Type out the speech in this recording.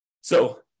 So-